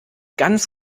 ganz